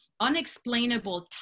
unexplainable